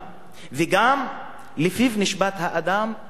וגם לפיו נשפט האדם ביום הדין,